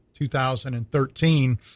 2013